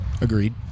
Agreed